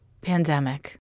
pandemic